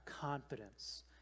confidence